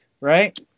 Right